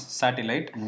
satellite